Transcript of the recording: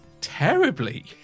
terribly